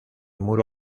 muro